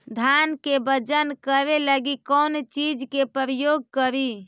धान के बजन करे लगी कौन चिज के प्रयोग करि?